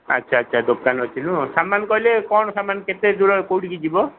ଆଚ୍ଛା ଆଚ୍ଛା ଦୋକାନ ଅଛି ନୁହଁ ସାମାନ କହିଲେ କ'ଣ ସାମାନ କେତେ ଯିବ କୋଉଠିକି ଯିବ